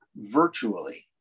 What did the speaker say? virtually